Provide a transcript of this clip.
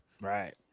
Right